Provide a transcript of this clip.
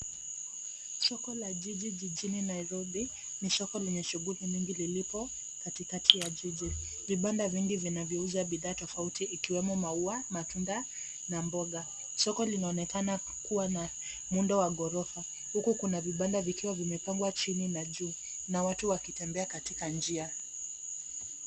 Soko la jiji jijini Nairobi. Ni soko lenye shughuli nyingi lilipo katikati ya jiji. Vibanda vingi vinavyouza bidhaa tofauti ikiwemo maua, matunda, na mboga. Soko linaonekana kuwa na muundo wa ghorofa. Huku kuna vibanda vikiwa vimepangwa chini na juu. Na watu wakitembea katika njia.